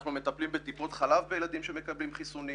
אנחנו מטפלים בטיפות חלב בילדים שמקבלים חיסונים,